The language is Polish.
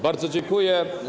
Bardzo dziękuję.